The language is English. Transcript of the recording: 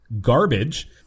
garbage